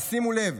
ושימו לב: